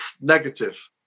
negative